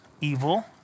evil